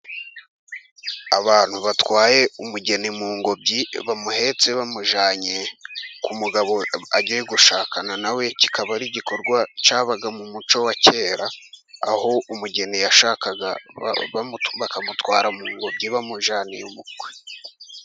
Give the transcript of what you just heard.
Abantu batwaye umugeni mu ngobyi, bamuhetse bamujyanye ku mugabo agiye gushakana na we, kikaba ari igikorwa cyabaga mu muco wa kera, aho umugeni yashakaga, bakamutwara mu ngobyi bamujyaniye umukwe.